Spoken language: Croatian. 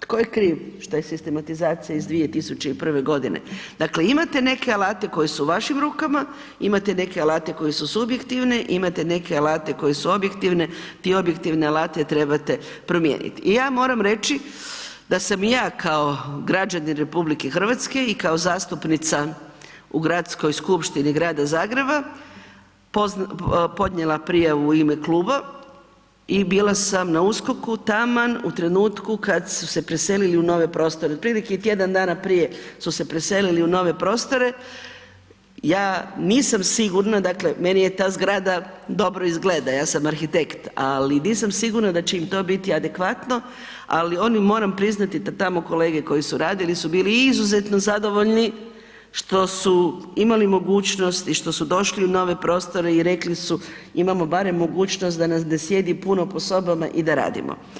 tko je kriv što je sistematizacija iz 2001.g., dakle imate neke alate koji su u vašim rukama, imate neke alate koji su subjektivni, imate neke alate koji su objektivne, ti objektivne alate trebate promijenit i ja moram reći da sam i ja kao građanin RH i kao zastupnica u Gradskoj skupštini Grada Zagreba podnijela prijavu u ime kluba i bila sam na USKOK-u taman u trenutku kad su se preselili u nove prostore, otprilike tjedan dana prije su se preselili u nove prostore, ja nisam sigurna, dakle meni je ta zgrada dobro izgleda, ja sam arhitekt, ali nisam sigurna da će im to biti adekvatno, ali oni, moram priznati da tamo kolege koji su radili su bili izuzetno zadovoljni što su imali mogućnost i što su došli u nove prostore i rekli su imamo barem mogućnost da nas ne sjedi puno po sobama i da radimo.